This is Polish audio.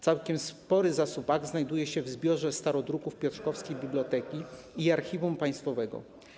Całkiem spory zasób akt znajduje się w zbiorze starodruków piotrkowskiej biblioteki i archiwum państwowego.